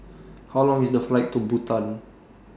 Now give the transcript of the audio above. How Long IS The Flight to Bhutan